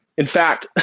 in fact,